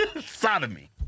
Sodomy